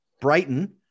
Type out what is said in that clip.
Brighton